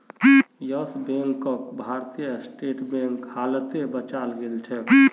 yes बैंकक Bharatiya State Bank हालते बचाल गेलछेक